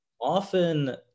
often